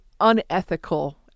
unethical